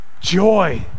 joy